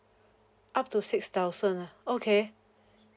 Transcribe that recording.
up to six thousand lah okay